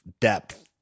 depth